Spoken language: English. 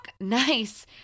nice